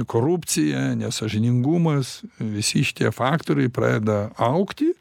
korupcija nesąžiningumas visi šitie faktoriai pradeda augti